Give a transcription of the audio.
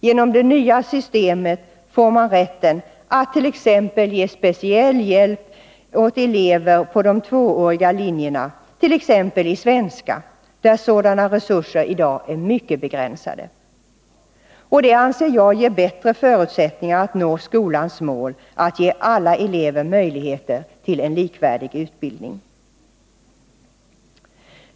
Genom det nya systemet får man rätten att t.ex. ge speciell hjälp i svenska åt elever på de tvååriga linjerna, där sådana resurser i dag är mycket begränsade. Och det anser jag ger bättre förutsättningar att nå skolans mål att ge alla elever möjligheter att få en likvärdig utbildning.